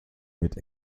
mit